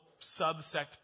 subsect